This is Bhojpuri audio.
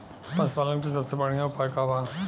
पशु पालन के सबसे बढ़ियां उपाय का बा?